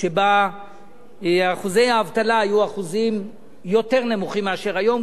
שבה אחוזי האבטלה היו אחוזים יותר נמוכים מאשר היום,